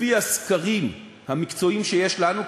לפי הסקרים המקצועיים שיש לנו,